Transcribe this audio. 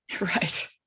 Right